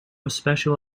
special